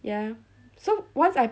ya so once I